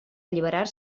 alliberar